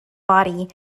body